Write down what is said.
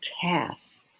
tasks